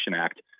Act